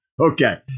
Okay